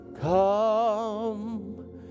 come